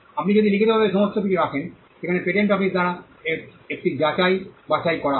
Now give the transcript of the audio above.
আপনি যদি লিখিতভাবে সমস্ত কিছু রাখেন সেখানে পেটেন্ট অফিস দ্বারা একটি যাচাই বাছাই করা হয়